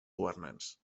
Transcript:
governants